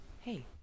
Hey